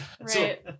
Right